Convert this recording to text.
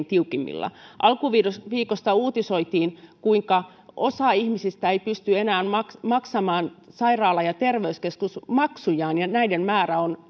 tiukimmilla alkuviikosta uutisoitiin kuinka osa ihmisistä ei pysty enää maksamaan sairaala ja terveyskeskusmaksujaan ja näiden määrä on